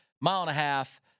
mile-and-a-half